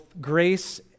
grace